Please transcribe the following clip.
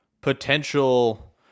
potential